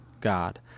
God